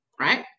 right